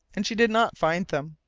and she did not find them.